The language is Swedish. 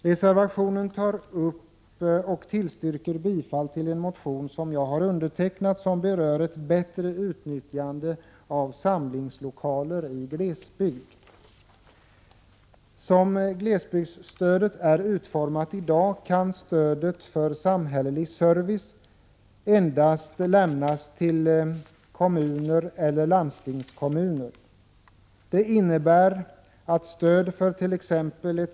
Reservationen tillstyrker bifall till en motion som jag har undertecknat och som berör frågan om ett bättre utnyttjande av samlingslokaler i glesbygd. Som glesbygdsstödet är utformat i dag kan stöd för samhällelig service endast lämnas till kommun eller landstingskommun. Detta innebär att stöd fört.ex.